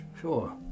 sure